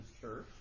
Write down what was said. church